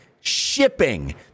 Shipping